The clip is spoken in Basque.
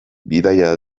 bidaia